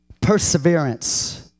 perseverance